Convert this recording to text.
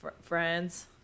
friends